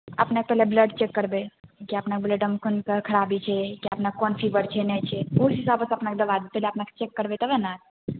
अपने पहले blood check करबै कि अपने ब्लडमे कोनो तरहके खराबी छै कि अपना कोन फीवर छै नहि छै कोन हिसाबे तऽ अपनाके दबाइ देबै पहले अपनाके चेक करबे तबे ने